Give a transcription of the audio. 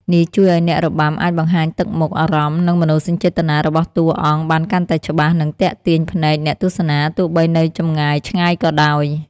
នេះជួយឲ្យអ្នករបាំអាចបង្ហាញទឹកមុខ អារម្មណ៍ និងមនោសញ្ចេតនារបស់តួអង្គបានកាន់តែច្បាស់ និងទាក់ទាញភ្នែកអ្នកទស្សនាទោះបីនៅចម្ងាយឆ្ងាយក៏ដោយ។